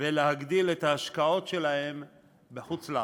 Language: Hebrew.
ולהגדיל את ההשקעות שלהם בחוץ-לארץ.